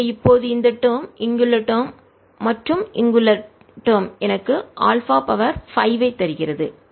எனவே இப்போது இந்த டேர்ம் இங்குள்ள டேர்ம் மற்றும் இங்குள்ள டேர்ம் எனக்கு α 5 தருகிறது